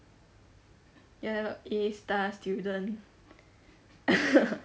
ya lor A star student